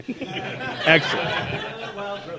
Excellent